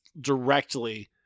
directly